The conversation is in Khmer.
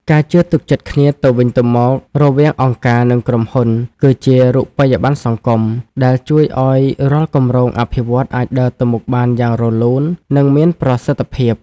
ការជឿទុកចិត្តគ្នាទៅវិញទៅមករវាងអង្គការ និងក្រុមហ៊ុន គឺជា "រូបិយប័ណ្ណសង្គម" ដែលជួយឱ្យរាល់គម្រោងអភិវឌ្ឍន៍អាចដើរទៅមុខបានយ៉ាងរលូន និងមានប្រសិទ្ធភាព។